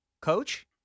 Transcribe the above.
coach